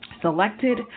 selected